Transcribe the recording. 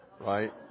Right